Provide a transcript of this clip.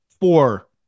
Four